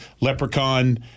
leprechaun